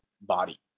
body